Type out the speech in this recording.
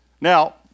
Now